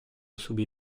subì